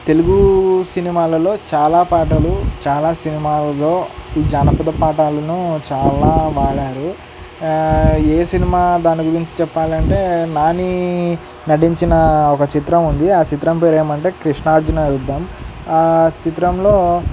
తెలుగు సినిమాలలో చాలా పాటలు చాలా సినిమాలలో ఈ జానపద పాటలను చాలా వాడారు ఏ సినిమా దాని గురించి చెప్పాలి అంటే నాని నటించిన ఒక చిత్రం ఉంది ఆ చిత్రం పేరు ఏమంటే కృష్ణార్జున యుద్ధం ఆ చిత్రంలో